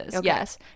Yes